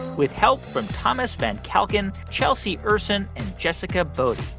with help from thomas van calkin, chelsea ursin and jessica bodie.